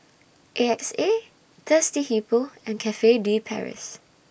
A X A Thirsty Hippo and Cafe De Paris